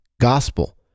gospel